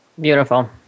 Beautiful